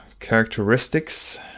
characteristics